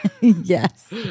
Yes